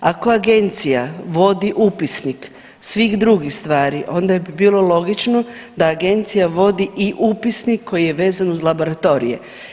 Ako agencija vodi upisnik svih drugih stvari onda bi bilo logično da agencija vodi i upisnik koji je vezan uz laboratorije.